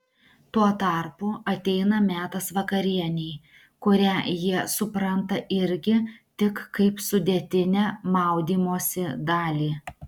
tuo tarpu ateina metas vakarienei kurią jie supranta irgi tik kaip sudėtinę maudymosi dalį